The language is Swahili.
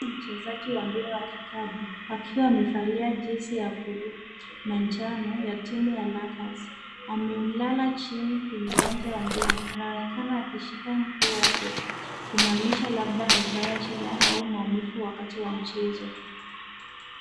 Huyu ni mchezaji wa mpira wa kikapu akiwa amevalia jezi ya buluu na njano ya timu ya Lakers. Amelala chini kwenye uwanja wa mpira. Anaonekana akishika mguu wake kumaanisha labda amepata jeraha au maumivu wakati wa mchezo.